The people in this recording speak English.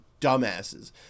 dumbasses